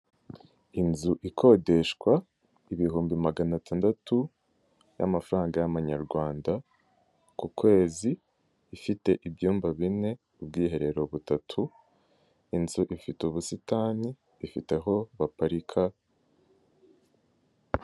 Inzu ikodeshwa ibihumbi maganatandatu y'amafaranga y'amanyarwanda ku kwezi ifite ibyumba bine ubwiherero butatu, inzu ifite ubusitani ifite aho baparika.